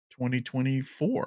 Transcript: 2024